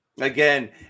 Again